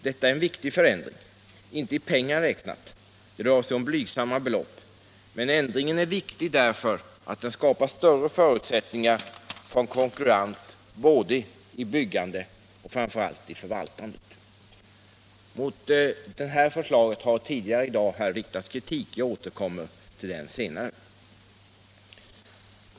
Detta är en viktig förändring, inte i pengar räknat — det rör sig om blygsamma belopp —- men därför att den skapar större förutsättningar för en konkurrens både i byggande och, framför allt, i förvaltande. Mot detta förslag har tidigare här i dag riktats kritik. Jag återkommer till det senare.